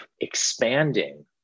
expanding